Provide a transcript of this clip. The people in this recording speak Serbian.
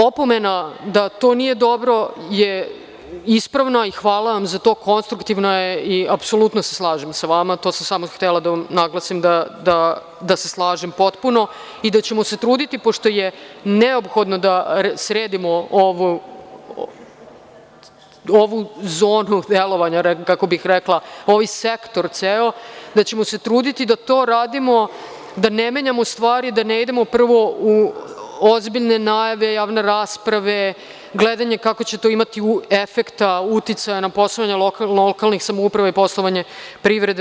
Opomena da to nije dobro je ispravna i hvala vam za to, konstruktivno je i apsolutno se slažem sa vama, to sam samo htela da vam naglasim da se slažem potpuno i da ćemo se truditi pošto je neophodno da sredimo ovu zonu delovanja, ne znam kako bih rekla, ovaj sektor ceo, da ćemo se truditi da to radimo, da ne menjamo stvari, da ne idemo u ozbiljne najave, javne rasprave, gledanje kakvog će to imati efekta, uticaja na poslovanje lokalnih samouprava i poslovanje privrede.